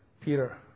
Peter